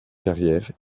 carrière